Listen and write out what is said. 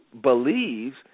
believes